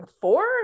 four